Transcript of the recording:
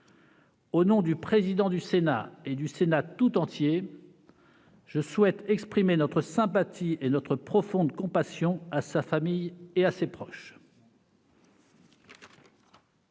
Au nom du président du Sénat et du Sénat tout entier, je souhaite exprimer notre sympathie et notre profonde compassion à sa famille et à ses proches.